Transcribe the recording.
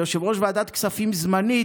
כיושב-ראש ועדת כספים זמנית,